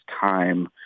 time